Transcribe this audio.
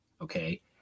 okay